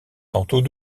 tantôt